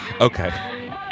Okay